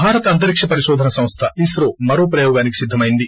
భారత అంతరిక పరిశోధన సంస్ద ఇస్రో మరో ప్రయోగానికి సిద్దమైంది